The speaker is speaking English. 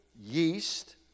yeast